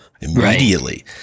immediately